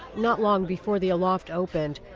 not long before the aloft opened,